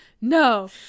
no